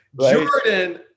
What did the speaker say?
Jordan